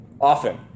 often